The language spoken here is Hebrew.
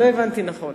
לא הבנתי נכון.